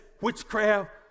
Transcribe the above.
witchcraft